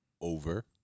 Over